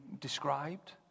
described